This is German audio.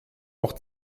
auch